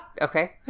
okay